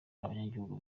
abanyagihugu